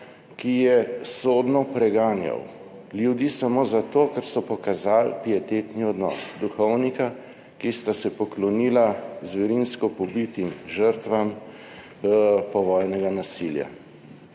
ki je sodno preganjal ljudi samo zato, ker so pokazali pietetni odnos, duhovnika, ki sta se poklonila zverinsko pobitim žrtvam povojnega nasilja.